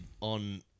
on